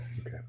Okay